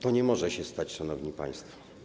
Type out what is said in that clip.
To nie może się stać, szanowni państwo.